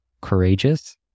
courageous